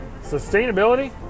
sustainability